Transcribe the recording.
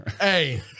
hey